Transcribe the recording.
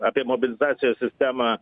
apie mobilizacijos sistemą